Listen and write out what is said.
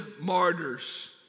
martyrs